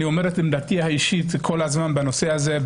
עמדתי האישית כל הזמן בנושא הזה.